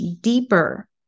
deeper